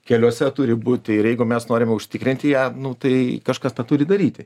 keliuose turi būti ir jeigu mes norime užtikrinti ją nu tai kažkas tą turi daryti